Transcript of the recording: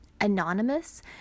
anonymous